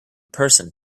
person